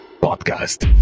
Podcast